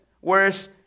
Whereas